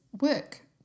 work